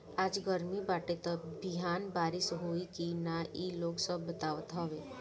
आज गरमी बाटे त बिहान बारिश होई की ना इ लोग सब बतावत हवे